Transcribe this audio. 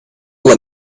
let